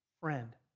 friend